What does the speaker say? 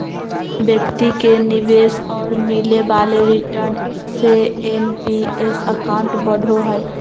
व्यक्ति के निवेश और मिले वाले रिटर्न से एन.पी.एस अकाउंट बढ़ो हइ